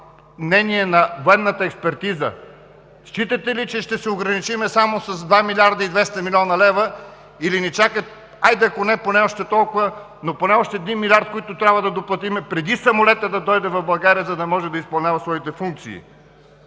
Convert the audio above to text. мнение на военната експертиза считате ли, че ще се ограничим само с 2 млрд. 200 млн. лв. или ни чакат, хайде, ако не поне още толкова, но поне още един милиард, които трябва да доплатим преди самолетът да дойде в България, за да може да изпълнява своите функции?